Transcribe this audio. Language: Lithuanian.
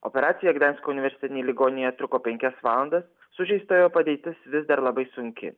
operacija gdansko universitetinėj ligoninėje truko penkias valandas sužeistojo padėtis vis dar labai sunki